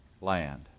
land